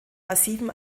massiven